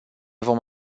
vom